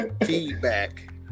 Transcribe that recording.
feedback